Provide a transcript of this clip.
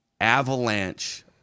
avalanche